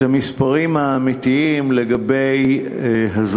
להעמיד את המספרים האמיתיים של הזכאות.